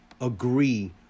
agree